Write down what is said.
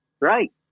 Right